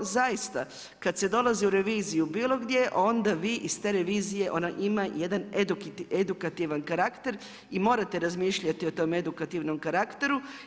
Zaista kada se dolazi u reviziju bilo gdje onda vi iz te revizije ona ima jedan edukativan karakter i morate razmišljati o tom edukativnom karakteru.